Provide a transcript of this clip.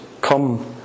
come